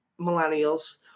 millennials